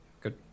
good